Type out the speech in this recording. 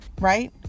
Right